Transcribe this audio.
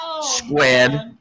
squared